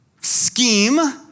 scheme